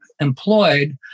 employed